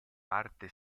parte